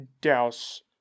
douse